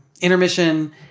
intermission